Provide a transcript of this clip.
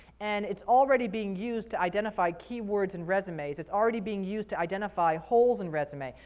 and it's already being used to identify keywords in resumes. it's already being used to identify holes in resumes.